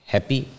Happy